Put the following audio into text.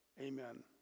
Amen